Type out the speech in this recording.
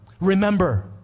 remember